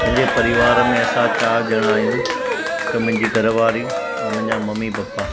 मुंहिंजे परिवार में असां चारि ॼणा आहियूं हिकु मुंहिंजी घर वारी ऐं मुंहिंजा मम्मी पप्पा